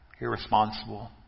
irresponsible